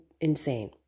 Insane